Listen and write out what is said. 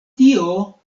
tio